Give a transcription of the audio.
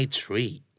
treat